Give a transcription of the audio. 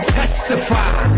testify